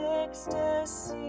ecstasy